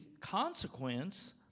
consequence